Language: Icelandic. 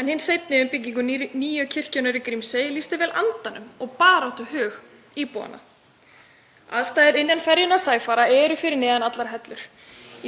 en hin seinni, um byggingu nýju kirkjunnar í Grímsey, lýsti vel andanum og baráttuhug íbúanna. Aðstæður í ferjunni Sæfara eru fyrir neðan allar hellur.